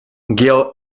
gale